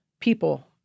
people